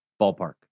Ballpark